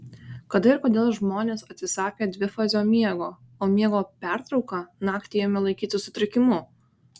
kada ir kodėl žmonės atsisakė dvifazio miego o miego pertrauką naktį ėmė laikyti sutrikimu